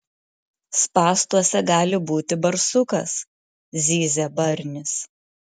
spąstuose gali būti barsukas zyzia barnis